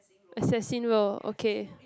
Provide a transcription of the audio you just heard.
assassin world okay